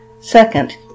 Second